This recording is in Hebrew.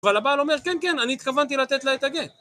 אבל הבעל אומר, כן, כן, אני התכוונתי לתת לה את הגט.